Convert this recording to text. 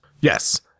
Yes